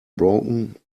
broken